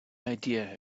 idea